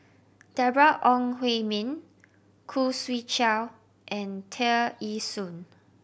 Deborah Ong Hui Min Khoo Swee Chiow and Tear Ee Soon